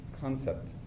concept